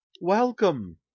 welcome